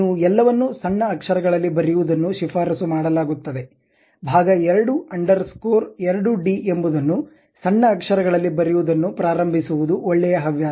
ನೀವು ಎಲ್ಲವನ್ನು ಸಣ್ಣ ಅಕ್ಷರ ಗಳಲ್ಲಿ ಬರೆಯುವದನ್ನು ಶಿಫಾರಸು ಮಾಡಲಾಗುತ್ತದೆ ಭಾಗ 2 ಅಂಡರ್ ಸ್ಕೋರ್ 2 ಡಿ ಎಂಬುದನ್ನು ಸಣ್ಣ ಅಕ್ಷರಗಳಲ್ಲಿ ಬರೆಯುವದನ್ನು ಪ್ರಾರಂಭಿಸುವದು ಒಳ್ಳೆಯ ಹವ್ಯಾಸ